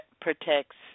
protects